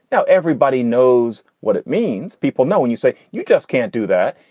now everybody knows what it means. people know when you say you just can't do that.